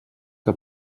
que